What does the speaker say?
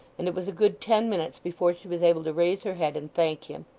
and it was a good ten minutes before she was able to raise her head and thank him.